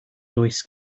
does